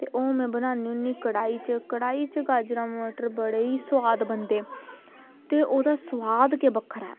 ते हून बनान्नी होन्नी कड़ाही च कड़ाही च गाजरां मटर बड़े ई सोआद बनदे ते ओह्दा सोआद ई बक्खरा ऐ